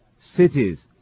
cities